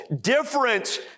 difference